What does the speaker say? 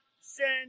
send